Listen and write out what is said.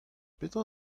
petra